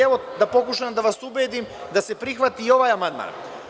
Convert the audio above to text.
Evo, da pokušam da vas ubedim da se prihvati i ovaj amandman.